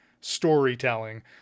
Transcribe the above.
storytelling